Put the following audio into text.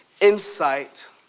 insight